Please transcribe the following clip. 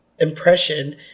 impression